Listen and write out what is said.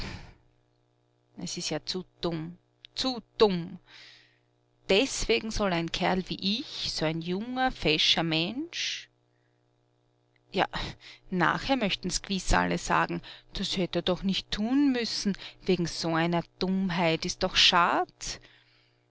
es ist ja zu dumm zu dumm deswegen soll ein kerl wie ich so ein junger fescher mensch ja nachher möchten's gewiß alle sagen das hätt er doch nicht tun müssen wegen so einer dummheit ist doch schad